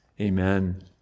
amen